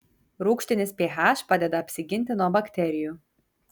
rūgštinis ph padeda apsiginti nuo bakterijų